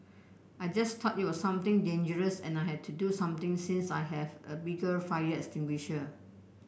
I just thought it was something dangerous and I had to do something since I have a bigger fire extinguisher